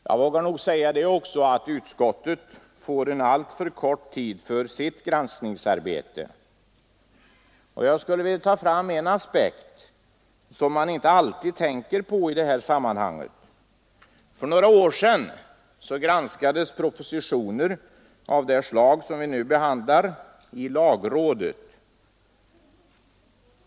Jag vågar också påstå att utskottet får en alltför kort tid för sitt granskningsarbete. Jag vill ta fram en aspekt som man inte alltid tänker på i detta sammanhang. För några år sedan granskades propositioner av det slag vi nu behandlar i lagrådet.